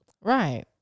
Right